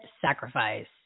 sacrifice